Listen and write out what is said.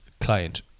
client